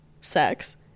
sex